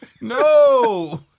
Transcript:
No